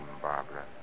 Barbara